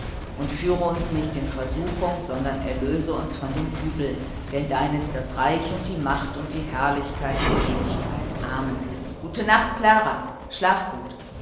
und führe uns nicht in versuchung sondern erlöse uns von dem übel denn dein ist das reich und die macht und die herrlichkeit in ewigkeit amen gute nacht klara schlaf gut